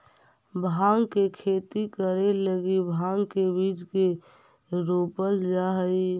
भाँग के खेती करे लगी भाँग के बीज के रोपल जा हई